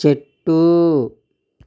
చెట్టు